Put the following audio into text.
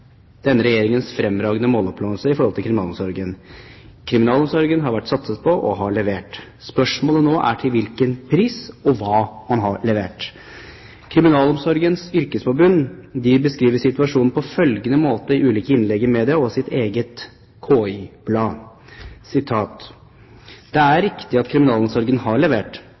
denne regjeringens fremragende måloppnåelse innenfor kriminalomsorgen: Kriminalomsorgen har vært satset på og har levert. Spørsmålet nå er til hvilken pris, og hva man har levert. Kriminalomsorgens Yrkesforbund beskriver situasjonen på følgende måte i innlegg i ulike media og i sitt eget KY-blad: «Det er riktig at Kriminalomsorgen har levert.